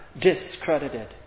discredited